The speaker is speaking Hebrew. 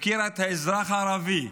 הפקירה את האזרח הערבי.